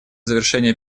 завершение